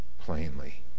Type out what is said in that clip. plainly